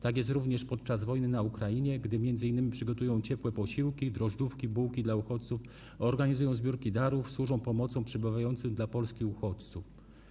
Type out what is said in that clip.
Tak jest również podczas wojny na Ukrainie, gdy m.in. przygotowują ciepłe posiłki, drożdżówki, bułki dla uchodźców, organizują zbiórki darów, służą pomocą przybywającym do Polski uchodźcom.